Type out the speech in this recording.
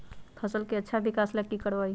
फसल के अच्छा विकास ला की करवाई?